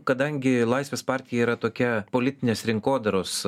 kadangi laisvės partija yra tokia politinės rinkodaros